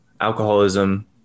alcoholism